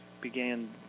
began